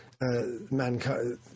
mankind